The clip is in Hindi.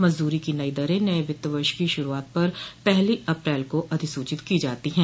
मजदूरी की नई दरें नये वित्त वर्ष की शुरूआत पर पहली अप्रैल को अधिसूचित की जाती हैं